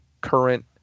current